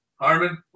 Harmon